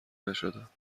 نشدم